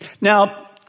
Now